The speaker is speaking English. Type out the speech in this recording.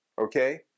Okay